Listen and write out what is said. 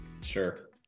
Sure